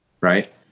right